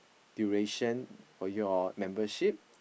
duration for your membership